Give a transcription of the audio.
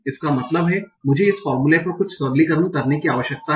इसका मतलब है मुझे इस फॉर्मूले पर कुछ सरलीकरण करने की जरूरत है